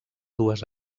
dues